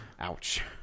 Ouch